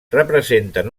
representen